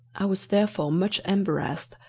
i was therefore much embarrassed,